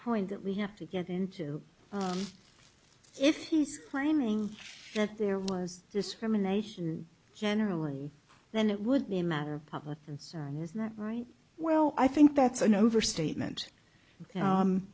point that we have to get into if he's planning that there was discrimination generally then it would be a matter of public concern is that right well i think that's an overstatement